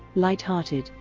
lighthearted,